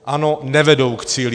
Ano, nevedou k cíli.